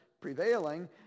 prevailing